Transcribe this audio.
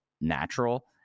natural